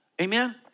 Amen